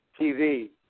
TV